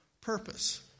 purpose